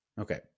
Okay